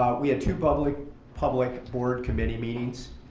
um we two public public board committee meets.